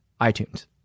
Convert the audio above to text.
iTunes